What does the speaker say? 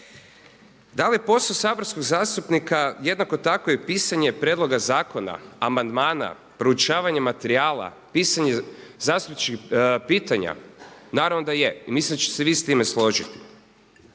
Da li je posao saborskog zastupnika jednako tako i pisanje prijedloga zakona, amandmana, proučavanje materijala, pisanje zastupničkih pitanja naravno da je. I mislim da ćete se i vi s time složiti.